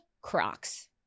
Crocs